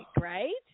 right